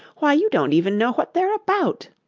why, you don't even know what they're about